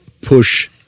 push